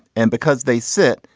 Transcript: and because they sit,